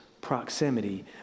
proximity